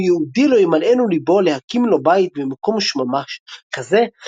שום יהודי לא ימלאנו לבו להקים לו בית במקום שממה כזה.